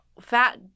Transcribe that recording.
fat